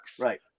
Right